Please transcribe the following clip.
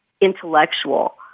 intellectual